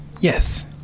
yes